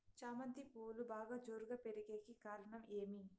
చామంతి పువ్వులు బాగా జోరుగా పెరిగేకి కారణం ఏమి?